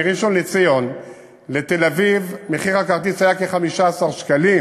מראשון-לציון לתל-אביב מחיר הכרטיס היה כ-15 שקלים,